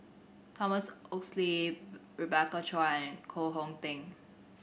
Thomas Oxley Rebecca Chua and Koh Hong Teng